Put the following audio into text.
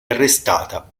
arrestata